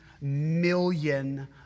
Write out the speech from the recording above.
million